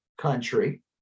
country